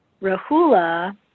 Rahula